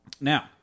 Now